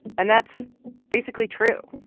and that's basically true.